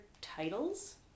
titles